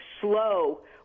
slow